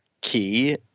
key